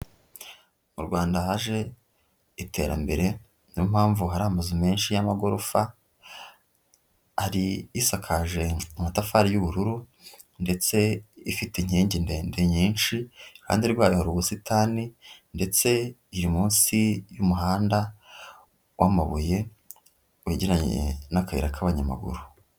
Mu Rwanda haje iterambere, niyo mpamvu hari amazu menshi y'amagorofa, hari isakaje amatafari y'ubururu ndetse ifite inkingi ndende nyinshi, iruhande rwayo hari ubusitani ndetse iri munsi y'umuhanda w'amabuye wegeranye n'akayira k'abanyamaguru.